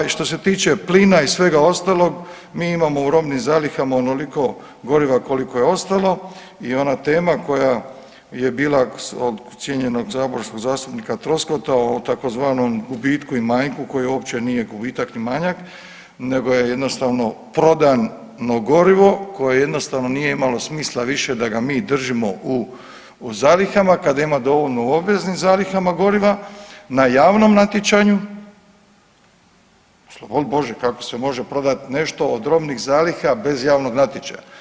Ovaj, što se tiče plina i svega ostaloga mi imamo u robnim zalihama onoliko goriva koliko je ostalo i ona tema koja je bila od cijenjenog saborskog zastupnika Troskota o tzv. gubitku i manjku koji uopće nije gubitak, ni manjak nego je jednostavno prodano gorivo koje jednostavno nije imalo smisla više da ga mi držimo u zalihama kada ima dovoljno u obveznim zalihama goriva na javnom natječaju, oslobodi Bože kako se može prodati nešto od robnih zaliha bez javnog natječaja.